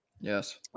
Yes